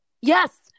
Yes